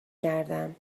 کردم